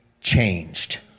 changed